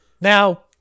Now